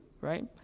right